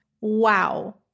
Wow